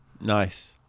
nice